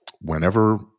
whenever